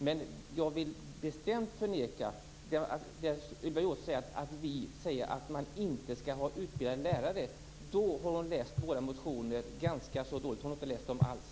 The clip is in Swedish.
Men jag vill bestämt förneka det som Ylva Johansson säger, att vi säger att man inte skall ha utbildade lärare. Då har hon läst våra motioner ganska dåligt eller inte alls.